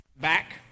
back